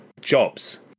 jobs